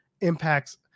Impact's